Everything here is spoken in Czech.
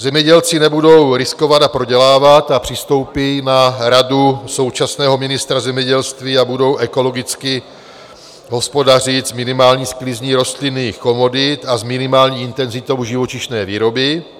Zemědělci nebudou riskovat a prodělávat, přistoupí na radu současného ministra zemědělství a budou ekologicky hospodařit s minimální sklizní rostlinných komodit a minimální intenzitou živočišné výroby.